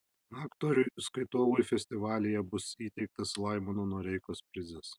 aktoriui skaitovui festivalyje bus įteiktas laimono noreikos prizas